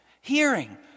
Hearing